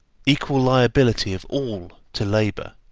equal liability of all to labour.